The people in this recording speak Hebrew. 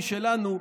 היא שלנו,